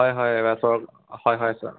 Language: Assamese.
হয় হয় এইবাৰ হয় হয়